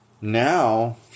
now